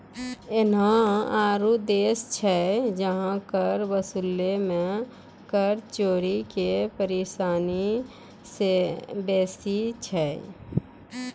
एहनो आरु देश छै जहां कर वसूलै मे कर चोरी के परेशानी बेसी छै